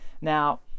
Now